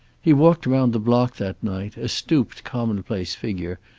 he walked around the block that night, a stooped commonplace figure,